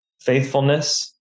faithfulness